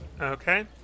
Okay